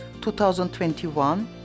2021